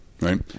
right